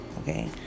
okay